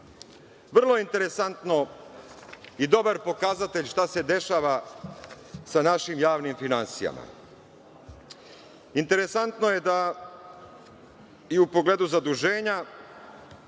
interesantno i dobar pokazatelj šta se dešava sa našim javnim finansijama. Interesantno je da i u pogledu zaduženja,